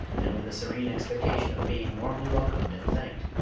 and with a serene expectation of being warmly welcomed and thanked,